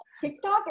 tiktok